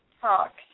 Talk